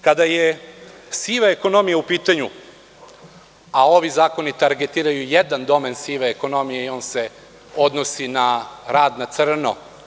Kada je siva ekonomija u pitanju, a ovi zakoni targetiraju jedan domen sive ekonomije i on se odnosi na rad na crno.